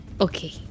Okay